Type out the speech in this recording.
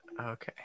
Okay